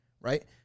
right